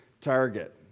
target